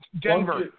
Denver